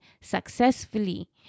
successfully